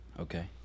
Okay